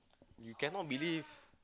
you cannot believe